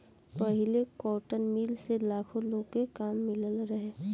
पहिले cotton mill से लाखो लोग के काम मिलल रहे